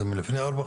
זה מלפני ארבע,